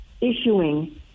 issuing